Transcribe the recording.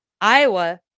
Iowa